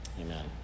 Amen